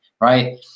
right